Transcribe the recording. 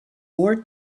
more